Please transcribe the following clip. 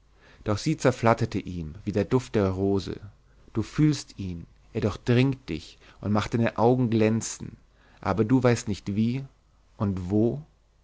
doch sie zerflatterte ihm wie der duft der rose du fühlst ihn er durchdringt dich und macht deine augen glänzen aber du weißt nicht wie und wo